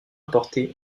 apportées